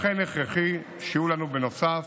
לכן הכרחי שיהיו לנו, נוסף